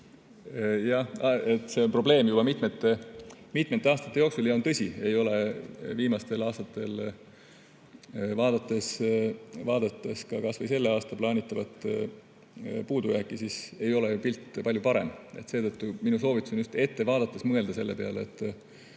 See on probleem juba mitmeid aastaid ja on tõsi, et viimastel aastatel, vaadates kas või selle aasta plaanitavat puudujääki, ei ole pilt palju parem. Seetõttu on minu soovitus just ette vaadates mõelda selle peale, et